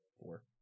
Four